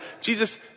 Jesus